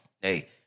Hey